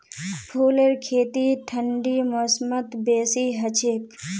फूलेर खेती ठंडी मौसमत बेसी हछेक